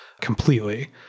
completely